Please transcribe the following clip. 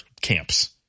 camps